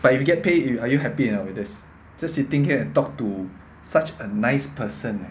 but if you get paid a~ are you happy with this just sitting here and talking to such a nice person eh